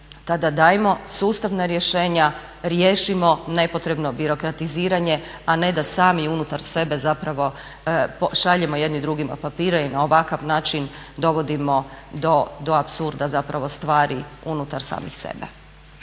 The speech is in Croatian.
tada dajmo sustavna rješenja, riješimo nepotrebno birokratiziranje a ne da sami unutar sebe zapravo šaljemo jedni drugima papire i na ovakav način dovodimo do apsurda zapravo stvari unutar samih sebe.